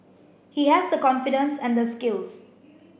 he has the confidence and the skills